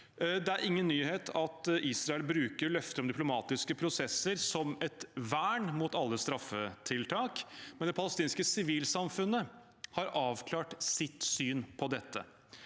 Det er ingen nyhet at Israel bruker løfter om diplomatiske prosesser som et vern mot alle straffetiltak, men det palestinske sivilsamfunnet har avklart sitt syn på dette.